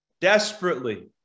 desperately